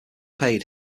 paid